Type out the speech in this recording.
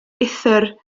uthr